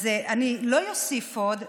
אז אני לא אוסיף עוד.